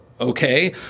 okay